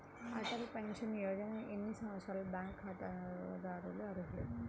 Atal pension యోజనకు ఎన్ని సంవత్సరాల బ్యాంక్ ఖాతాదారులు అర్హులు?